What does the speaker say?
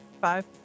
five